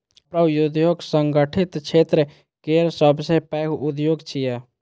कपड़ा उद्योग संगठित क्षेत्र केर सबसं पैघ उद्योग छियै